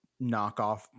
knockoff